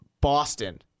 Boston